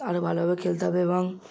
আরো ভালোভাবে খেলতে হবে এবং